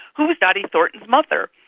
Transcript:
who's dotty thornton's mother?